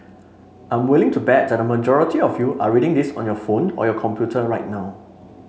I'm willing to bet that a majority of you are reading this on your phone or your computer right now